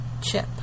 chip